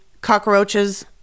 cockroaches